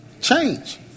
Change